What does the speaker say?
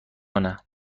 کنه